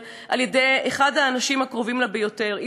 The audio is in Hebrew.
על-ידי אחד האנשים הקרובים לה ביותר,